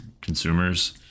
consumers